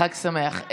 חג שמח.